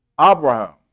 Abraham